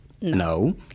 no